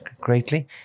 greatly